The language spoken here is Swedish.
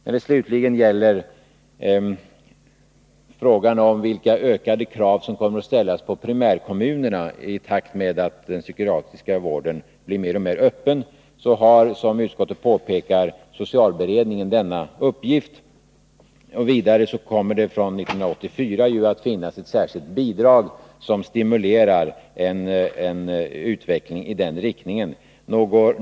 När det slutligen gäller frågan vilka ökade krav som kommer att ställas på primärkommunerna i takt med att den psykiatriska vården blir mer och mer öppen har, som utskottet påpekar, socialberedningen i uppgift att klarlägga detta. Vidare kommer det från 1984 att finnas ett särskilt bidrag som stimulerar utvecklingen i riktning mot öppnare vårdformer.